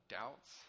doubts